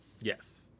yes